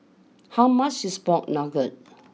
how much is Pork Knuckle